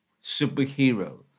superhero